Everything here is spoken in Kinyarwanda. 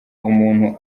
umuntu